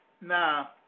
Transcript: Now